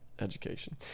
education